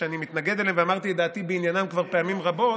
שאני מתנגד להם ואמרתי את דעתי בעניינם כבר פעמים רבות,